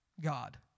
God